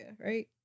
right